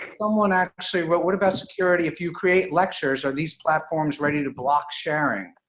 someone actually wrote what about security? if you create lectures, are these platforms ready to block sharing?